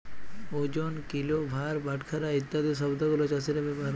ওজন, কিলো, ভার, বাটখারা ইত্যাদি শব্দ গুলো চাষীরা ব্যবহার ক্যরে